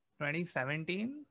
2017